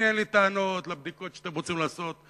אני, אין לי טענות על הבדיקות שאתם רוצים לעשות.